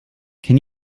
can